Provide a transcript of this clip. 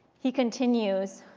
he continues,